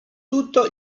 tutto